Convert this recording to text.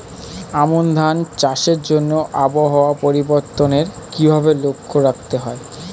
আমন ধান চাষের জন্য আবহাওয়া পরিবর্তনের কিভাবে লক্ষ্য রাখতে হয়?